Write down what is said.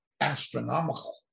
astronomical